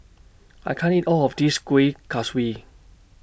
I can't eat All of This Kueh Kaswi